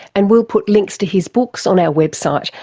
and we'll put links to his books on our website,